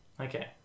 Okay